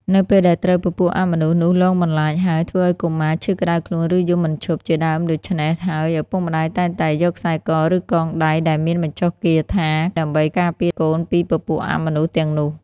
នៅពេលដែលត្រូវពពួកអមនុស្សនោះលងបន្លាចហើយធ្វើឲ្យកុមារឈឺក្តៅខ្លួនឬយំមិនឈប់ជាដើមដូចឆ្នេះហើយឳពុកម្តាយតែងតែយកខ្សែកឬកងដៃដែលមានបញ្ចុះគាថាការដើម្បីពារកូនពីពពួកអមនុស្សទាំងនោះ